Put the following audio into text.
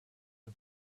for